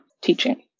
teaching